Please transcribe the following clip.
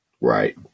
right